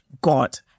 God